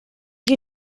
you